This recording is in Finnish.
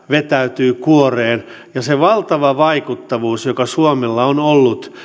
vetäytyy kuoreen ja se valtava vaikuttavuus joka suomella on ollut